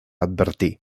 advertir